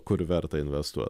kur verta investuot